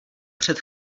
před